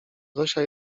zosia